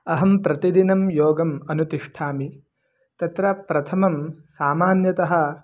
अहं प्रतिदिनं योगम् अनुतिष्ठामि तत्र प्रथमं सामान्यतः